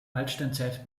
altsteinzeit